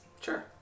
Sure